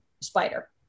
spider